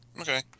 Okay